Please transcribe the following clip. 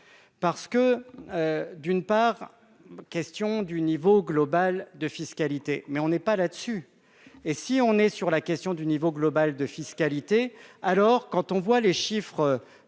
parce que, d'une part, question du niveau global de fiscalité, mais on n'est pas là dessus, et si on est sur la question du niveau global de fiscalité, alors quand on voit les chiffres